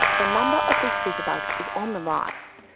the number of these superbugs is on the rise,